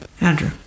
Andrew